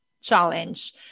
challenge